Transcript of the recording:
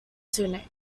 tunic